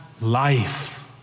life